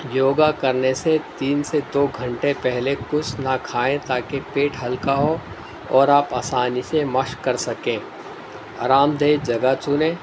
یوگا کرنے سے تین سے دو گھنٹے پہلے کچھ نہ کھائیں تاکہ پیٹ ہلکا ہو اور آپ آسانی سے مشق کر سکیں آرامدہ جگہ چنیں